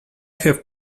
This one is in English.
have